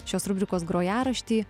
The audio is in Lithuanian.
šios rubrikos grojaraštį